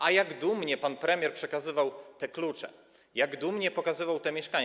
A jak dumnie pan premier przekazywał te klucze, jak dumnie pokazywał to mieszkanie.